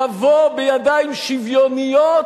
תבוא בידיים שוויוניות,